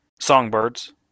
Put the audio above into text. songbirds